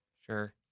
Sure